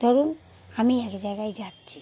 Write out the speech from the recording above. ধরুন আমি এক জায়গায় যাচ্ছি